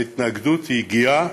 ההתנגדות הגיעה,